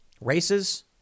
races